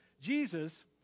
Jesus